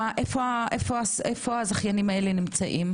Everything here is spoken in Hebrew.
איפה הזכיינים נמצאים?